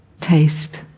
Taste